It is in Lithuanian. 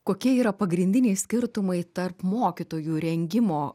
kokie yra pagrindiniai skirtumai tarp mokytojų rengimo